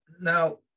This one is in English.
Now